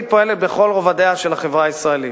והאחרון,